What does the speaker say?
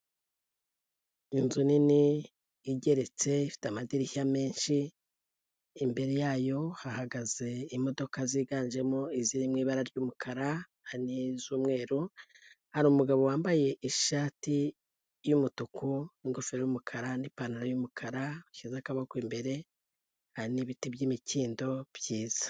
Inzu nini, igeretse, ifite amadirishya menshi, imbere yayo hahagaze imodoka ziganjemo iziri mu ibara ry'umukara, hari n'iz'umweru, hari umugabo wambaye ishati y'umutuku n'ingofero y'umukara n'ipantaro y'umukara, washyize akaboko imbere n'ibiti by'imikindo byiza.